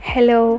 Hello